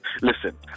listen